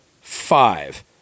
five